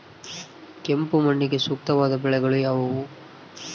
ಕೆಂಪು ಮಣ್ಣಿಗೆ ಸೂಕ್ತವಾದ ಬೆಳೆಗಳು ಯಾವುವು?